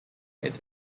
its